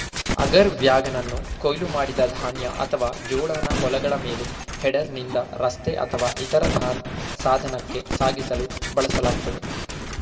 auger ವ್ಯಾಗನನ್ನು ಕೊಯ್ಲು ಮಾಡಿದ ಧಾನ್ಯ ಅಥವಾ ಜೋಳನ ಹೊಲಗಳ ಮೇಲೆ ಹೆಡರ್ನಿಂದ ರಸ್ತೆ ಅಥವಾ ಇತರ ಸಾಧನಕ್ಕೆ ಸಾಗಿಸಲು ಬಳಸಲಾಗ್ತದೆ